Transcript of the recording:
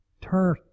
turn